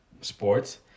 sports